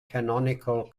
canonical